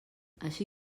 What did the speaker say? així